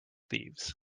thieves